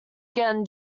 again